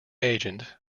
agent